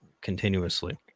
continuously